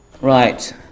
Right